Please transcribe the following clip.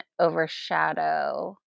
overshadow